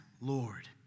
Lord